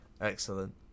Excellent